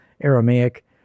Aramaic